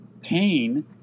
Pain